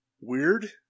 Weird